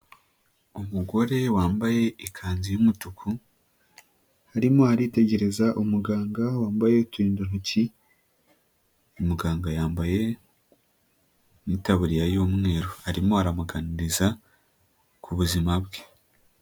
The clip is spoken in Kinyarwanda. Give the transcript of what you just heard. Umugore wambaye ikanzu y'umutuku arimo aritegereza umuganga wambaye uturindantoki. Muganga yambaye n'itaburiya y'umweru arimo aramuganiriza ku buzima bwe.